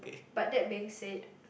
but that being said